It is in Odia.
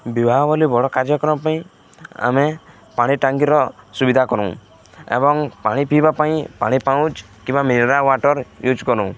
ବିବାହ ବୋଲି ବଡ଼ କାର୍ଯ୍ୟକ୍ରମ ପାଇଁ ଆମେ ପାଣି ଟାଙ୍କିର ସୁବିଧା କରୁଁ ଏବଂ ପାଣି ପିଇବା ପାଇଁ ପାଣି ପାଉଚ୍ କିମ୍ବା ମିନେରାଲ୍ ୱାଟର୍ ୟୁଜ୍ କରୁଁ